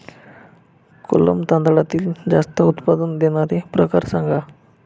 कोलम तांदळातील जास्त उत्पादन देणारे प्रकार सांगा